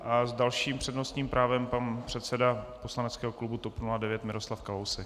S dalším přednostním právem pan předseda poslaneckého klubu TOP 09 Miroslav Kalousek.